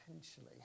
potentially